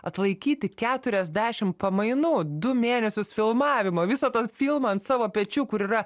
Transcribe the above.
atlaikyti keturiasdešim pamainų du mėnesius filmavimo visą tą filmą ant savo pečių kur yra